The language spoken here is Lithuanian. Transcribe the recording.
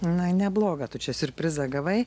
na neblogą tu čia siurprizą gavai